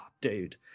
dude